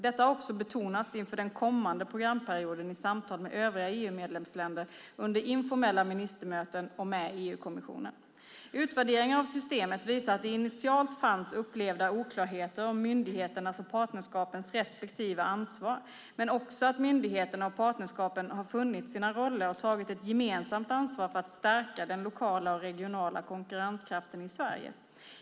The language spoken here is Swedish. Detta har också betonats inför den kommande programperioden i samtal med övriga EU-medlemsländer under informella ministermöten och med EU-kommissionen. Utvärderingar av systemet visar att det initialt fanns upplevda oklarheter om myndigheternas och partnerskapens respektive ansvar men också att myndigheterna och partnerskapen har funnit sina roller och tagit ett gemensamt ansvar för att stärka den lokala och regionala konkurrenskraften i Sverige.